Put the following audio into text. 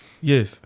Yes